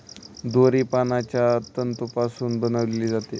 दोरी पानांच्या तंतूपासून बनविली जाते